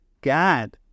God